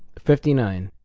fifty nine.